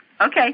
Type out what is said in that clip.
Okay